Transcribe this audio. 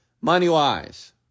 money-wise